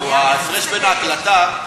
ההפרש בין ההקלטה,